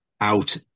out